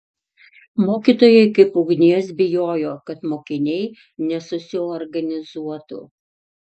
mokytojai kaip ugnies bijojo kad mokiniai nesusiorganizuotų